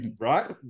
Right